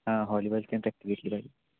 हां हॉलीबॉलची आणि प्रॅक्टिस घेतली पाहिजे